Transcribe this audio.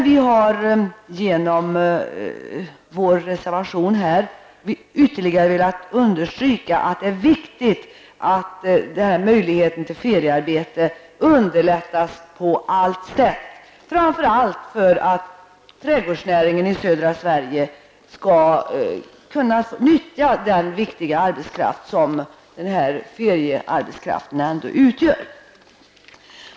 Vi har genom vår reservation ytterligare velat understyka att det är viktigt att möjligheten till feriearbete på allt sätt underlättas, framför allt för att ge trädgårdsnäringen i södra Sverige möjlighet att nyttja den viktiga arbetskraft som den här feriearbetskraften utgör.